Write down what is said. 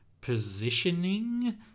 positioning